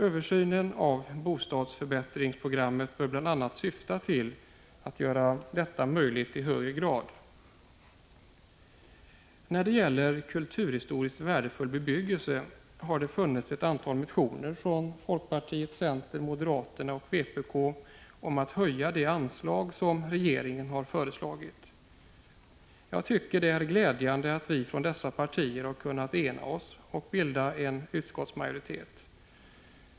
Översynen av bostadsförbättringsprogrammet bör bl.a. syfta till att göra detta möjligt i högre grad. När det gäller kulturhistoriskt värdefull bebyggelse har det funnits ett antal motioner från folkpartiet, centern, moderaterna och vpk om att höja de anslag som regeringen har föreslagit. Jag tycker det är glädjande att vi från dessa partier har kunnat ena oss och bilda en utskottsmajoritet.